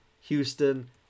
houston